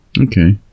Okay